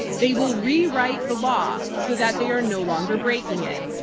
they will rewrite the law so that they are no longer breaking it.